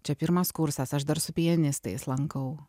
čia pirmas kursas aš dar su pianistais lankau